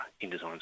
InDesign's